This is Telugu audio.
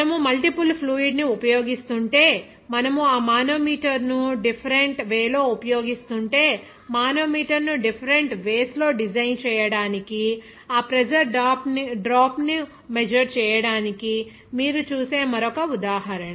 మనము మల్టిపుల్ ఫ్లూయిడ్ ని ఉపయోగిస్తుంటే మనము ఆ మానోమీటర్ను డిఫరెంట్ వే లో ఉపయోగిస్తుంటే మానోమీటర్ను డిఫరెంట్ వేస్ లో డిజైన్ చేయడానికి ఆ ప్రెజర్ డ్రాప్ను మెజర్ చేయడానికి మీరు చూసే మరొక ఉదాహరణ